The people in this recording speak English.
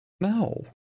No